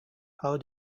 how